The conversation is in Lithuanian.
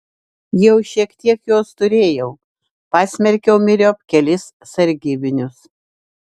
jau šiek tiek jos turėjau pasmerkiau myriop kelis sargybinius